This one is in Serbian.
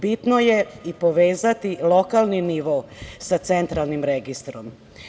Bitno je povezati i lokalni nivo sa Centralnim registrom.